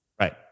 Right